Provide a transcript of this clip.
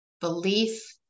Belief